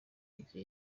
ighe